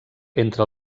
entre